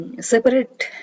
separate